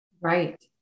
right